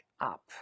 up